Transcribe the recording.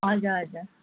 हजुर हजुर